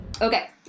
Okay